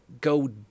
go